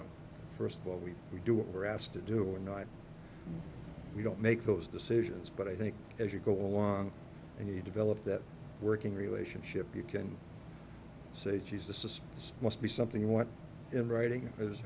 know first of all we we do what we're asked to do a night we don't make those decisions but i think as you go along and you develop that working relationship you can say jesus must be something what in writing is